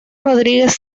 rodríguez